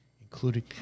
including